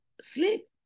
sleep